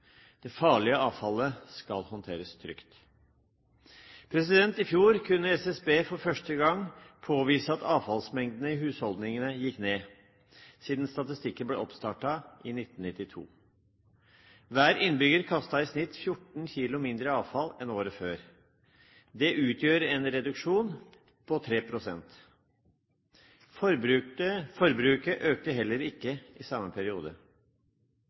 Det farlige avfallet skal håndteres trygt. I fjor kunne SSB for første gang påvise at avfallsmengdene i husholdningene gikk ned, siden statistikken ble oppstartet i 1992. Hver innbygger kastet i snitt 14 kg mindre avfall enn året før. Det utgjør en reduksjon på 3 pst. Forbruket økte heller ikke i samme periode.